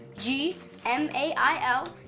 G-M-A-I-L